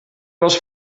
was